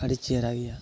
ᱟᱹᱰᱤ ᱪᱮᱦᱨᱟ ᱜᱮᱭᱟ